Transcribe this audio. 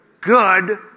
Good